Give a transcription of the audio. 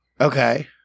Okay